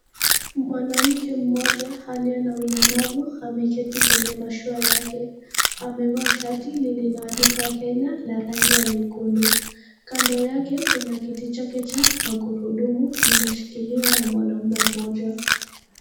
Mwanamke mmoja aliye na ulemavu ameketi kwenye mashua yake. Amevaa shati lililoandikwa Kenya na rangi ya nyekundu. Kando yake kuna kiti chake cha magurudumu linashikiliwa na mwanamume mmoja.